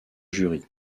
jury